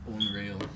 unreal